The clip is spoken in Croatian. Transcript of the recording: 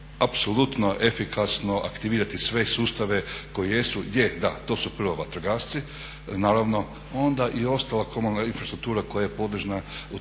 apsolutno efikasno aktivirati sve sustave koji jesu. Je da, to su prvo vatrogasci, naravno, onda i ostala komunalna infrastruktura koja je podložna u tome